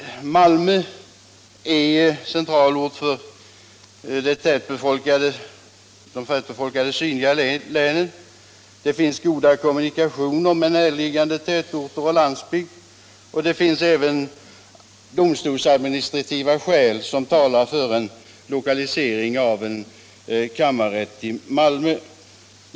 Malmö är centralort för de tätbefolkade sydliga länen. Det finns goda kommunikationer med närliggande tätorter och landsbygd. Det finns även domstolsadministrativa skäl som talar för en lokalisering av en kammarrätt till Malmö.